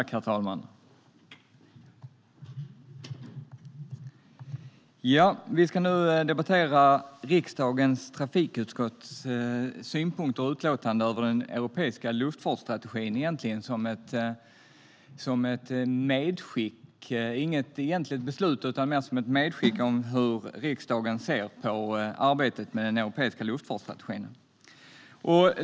Herr talman! Vi ska nu debattera riksdagens trafikutskotts synpunkter på och utlåtande över den europeiska luftfartsstrategin. Det är egentligen inget beslut utan mer ett medskick om hur riksdagen ser på arbetet med den europeiska luftfartsstrategin.